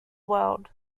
world